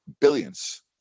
billions